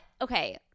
Okay